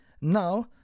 now